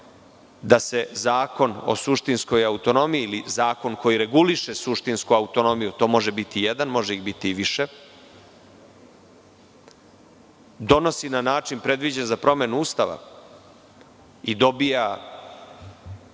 da se Zakon o suštinskoj autonomiji ili zakon koji reguliše suštinsku autonomiju, to može biti jedan, može ih biti više, donosi na način predviđen za promenu Ustava i dobija atribut